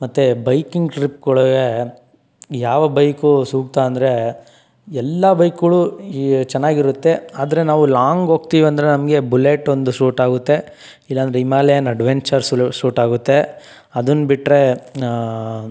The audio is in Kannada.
ಮತ್ತು ಬೈಕಿಂಗ್ ಟ್ರಿಪ್ಗಳ್ಗೆ ಯಾವ ಬೈಕು ಸೂಕ್ತ ಅಂದರೆ ಎಲ್ಲ ಬೈಕ್ಗಳು ಈ ಚೆನ್ನಾಗಿ ಇರುತ್ತೆ ಆದರೆ ನಾವು ಲಾಂಗ್ ಹೋಗ್ತಿವಂದ್ರೆ ನಮಗೆ ಬುಲೆಟ್ ಒಂದು ಸೂಟ್ ಆಗುತ್ತೆ ಇಲ್ಲ ಅಂದರೆ ಹಿಮಾಲಯನ್ ಅಡ್ವೆಂಚರ್ ಸೂಟ್ ಆಗುತ್ತೆ ಅದನ್ನ ಬಿಟ್ಟರೆ